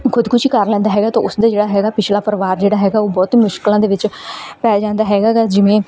ਖ਼ੁਦਕੁਸ਼ੀ ਕੇ ਲੈਂਦਾ ਹੈਗਾ ਤਾਂ ਉਸਦੇ ਜਿਹੜਾ ਹੈਗਾ ਪਿੱਛਲਾ ਪਰਿਵਾਰ ਜਿਹੜਾ ਹੈਗਾ ਉਹ ਬਹੁਤ ਮੁਸ਼ਕਿਲਾਂ ਦੇ ਵਿੱਚ ਪੈ ਜਾਂਦਾ ਹੈਗਾ ਗਾ ਜਿਵੇਂ